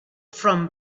from